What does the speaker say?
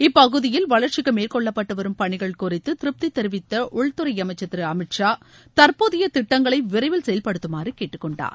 இப்பகுதியில் வளரச்சிக்கு மேற்கொள்ளப்பட்டு வரும் பணிகள் குறித்து திருப்தி தெரிவித்த உள்ளுதறை அமைச்சர் திரு அமித்ஷா தற்போதைய திட்டங்களை விரைவில் செயல்படுத்தமாறு கேட்டுக்கொண்டார்